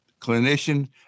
clinician